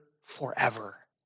forever